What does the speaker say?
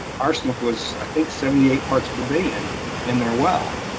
arsenic was, i think, seventy eight parts per billion in their well,